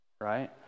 Right